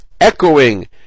echoing